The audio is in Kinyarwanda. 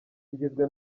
kigizwe